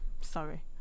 Sorry